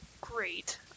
great